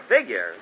figure